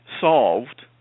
solved